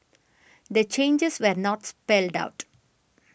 the changes were not spelled out